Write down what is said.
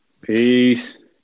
Peace